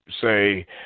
say